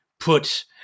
put